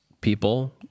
people